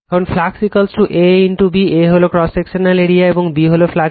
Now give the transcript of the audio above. এখন flux A B A হল cross sectional area এবং B হল ফ্লাক্স ডেনসিটি